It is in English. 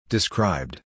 Described